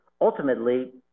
ultimately